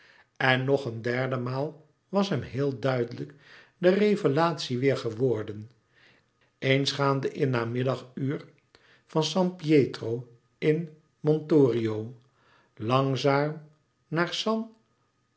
en nog een derde maal was hem heel duidelijk de revelatie weêr geworden eens gaande in namiddaguur van san pietro in montorio langzaam